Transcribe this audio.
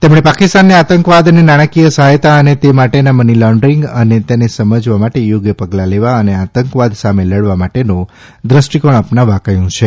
તેણે પાકિસ્તાનને આતંકવાદને નાણાકીય સહાયતા અને તે માટેના મની લોન્ડરિંગ અને તેને સમજવા માટે થોગ્ય પગલાં લેવા અને આતંકવાદ સામે લડવા માટેનો દ્રષ્ટિકોણ અપનાવવા કહ્યું છે